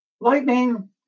Lightning